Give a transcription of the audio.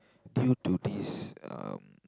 due to this um